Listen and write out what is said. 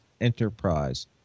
enterprise